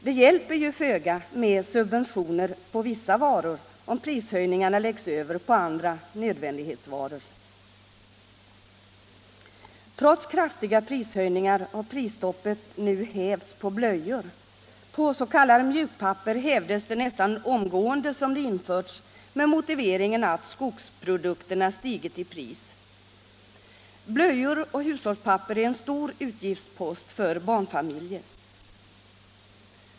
Det hjälper ju föga med subventioner på vissa varor, om prishöjningarna läggs över på andra nödvändighetsvaror. Trots kraftiga prishöjningar har prisstoppet nu hävts på blöjor; på s.k. mjukpapper hävdes det nästan omgående sedan det införts, med motiveringen att skogsprodukterna stigit i pris. Blöjor och hushållspapper är en stor utgiftspost för barnfamiljer.